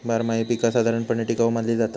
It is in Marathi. बारमाही पीका साधारणपणे टिकाऊ मानली जाता